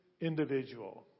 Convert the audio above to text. individual